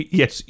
yes